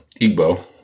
Igbo